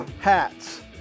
hats